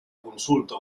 consulta